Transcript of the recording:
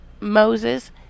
Moses